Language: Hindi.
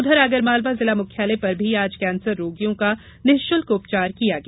उधर आगरमालवा जिला मुख्यालय पर भी आज कैंसर रोगियों का निःशुल्क उपचार किया गया